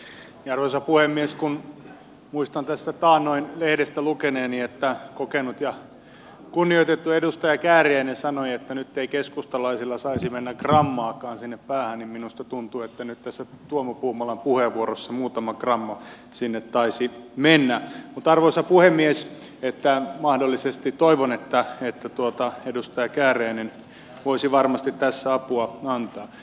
kun muistan tässä taannoin lehdestä lukeneeni että kokenut ja kunnioitettu edustaja kääriäinen sanoi että nyt ei keskustalaisilla saisi mennä grammaakaan sinne päähän niin minusta tuntuu että nyt tässä tuomo puumalan puheenvuorossa muutama gramma sinne taisi mennä niin että toivon että mahdollisesti edustaja kääriäinen voisi varmasti tässä apua antaa